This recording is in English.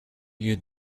you